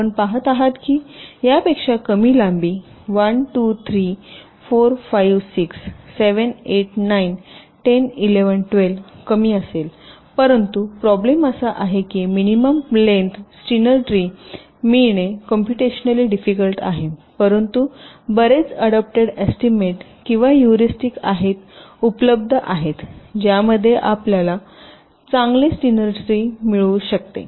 आपण पहात आहात की यापेक्षा कमी लांबी 1 2 3 4 5 6 7 8 9 10 11 12 कमी असेल परंतु प्रॉब्लेम अशी आहे की मिनिमम लेन्थ स्टीनर ट्री मिळणे कॉम्पुटेशनली डिफिकल्ट आहे परंतु बरेच अडोप्टेड एस्टीमेट किंवा हुरिस्टिक आहेत उपलब्ध आहे ज्यामध्ये आपणास चांगले स्टीनर ट्री मिळू शकते